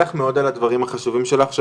אני מודה לך מאוד על הדברים החשובים שלך,